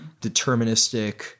deterministic